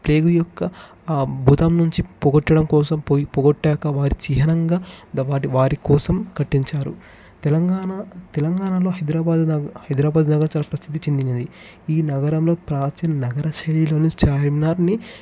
అద్భుతం నుంచి పోగొట్టడం కోసం పోగొట్టాక వారి చిహ్నంగా వారి కోసం కట్టించారు తెలంగాణ తెలంగాణలో హైదరాబాద్ నగ హైదరాబాద్ నగరం చాలా ప్రసిద్ధి చెందినది ఈ నగరంలో ప్రాచీన నగర శైలిలోని చార్మినార్ని